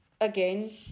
again